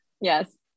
Yes